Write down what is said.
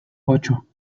ocho